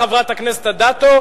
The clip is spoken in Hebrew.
חברת הכנסת אדטו,